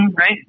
right